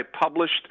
published